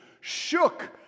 shook